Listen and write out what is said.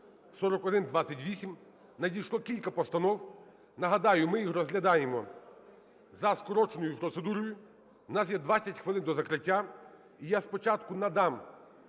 4128, надійшло кілька постанов. Нагадаю, ми їх розглядаємо за скороченою процедурою. У нас є 20 хвилин до закриття. І я спочатку надам